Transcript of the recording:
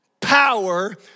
power